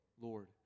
Lord